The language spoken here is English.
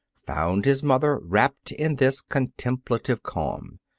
found his mother wrapped in this contemplative calm.